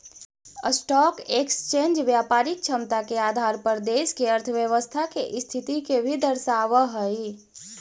stock exchange व्यापारिक क्षमता के आधार पर देश के अर्थव्यवस्था के स्थिति के भी दर्शावऽ हई